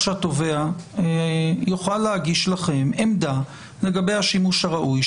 שהתובע יוכל להגיש לכם עמדה לגבי השימוש הראוי,